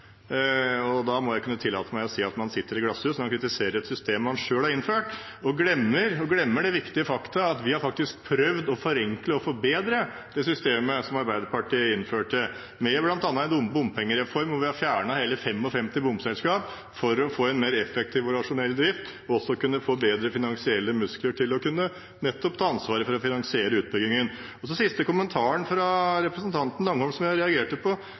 må kunne tillate meg å si at man sitter i glasshus når man kritiserer et system man selv har innført, og glemmer det viktige faktum at vi faktisk har prøvd å forenkle og forbedre det systemet som Arbeiderpartiet innførte, med bl.a. en bompengereform hvor vi har fjernet hele 55 bomselskap for å få en mer effektiv og rasjonell drift, og også få bedre finansielle muskler til nettopp å kunne ta ansvaret for å finansiere utbyggingen. Den siste kommentaren fra representanten Langholm Hansen jeg reagerte på,